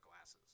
glasses